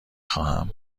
خواهم